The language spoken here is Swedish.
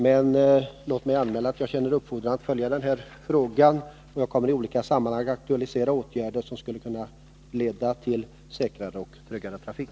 Men låt mig anmäla att jag känner det uppfordrande att följa denna fråga, och jag kommer att i olika sammanhang aktualisera åtgärder som skulle kunna leda till en säkrare och tryggare trafik.